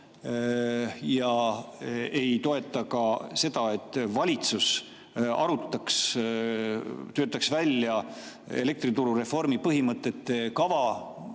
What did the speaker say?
te ei toeta ka seda, et valitsus arutaks, töötaks välja elektrituru reformi põhimõtete kava,